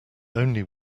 only